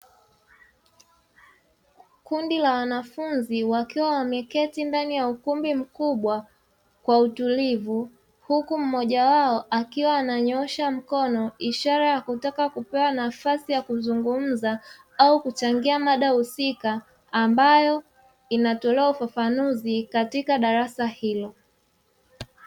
Kundi la wanafunzi wakiwa wameketi ndani ya ukumbi mkubwa kwa utulivu, huku mmoja wao akiwa ananyoosha mkono ishara ya kutaka kupewa nafasi ya kuzungumza au kuchangia mada husika; ambayo inatolewa ufafanuzi katika darasa hilo.